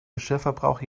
geschirrverbrauch